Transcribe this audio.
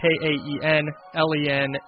K-A-E-N-L-E-N